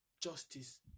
justice